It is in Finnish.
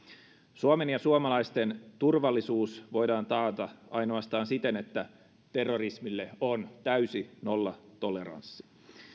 suomen ja suomalaisten turvallisuus voidaan taata ainoastaan siten että terrorismille on täysi nollatoleranssi